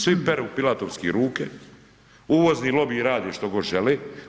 Svi peru Pilatovski ruke, uvozni lobij radi što god želi.